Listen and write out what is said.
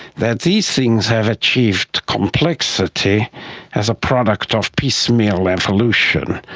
that these things have achieved complexity as a product of piecemeal evolution,